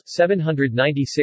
796